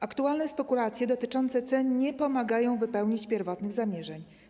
Aktualne spekulacje dotyczące cen nie pomagają wypełnić pierwotnych zamierzeń.